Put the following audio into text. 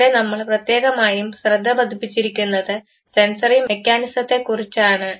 ഇവിടെ നമ്മൾ പ്രത്യേകമായും ശ്രദ്ധപതിപ്പിച്ചിരിക്കുന്നത് സെൻസറി മെക്കാനിസത്തെക്കുറിച്ചാണ്